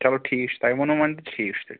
چَلو ٹھیٖک چھُ تۄہہِ ووٚنوٕ وۄنۍ تہٕ ٹھیٖک چھُ تیٚلہِ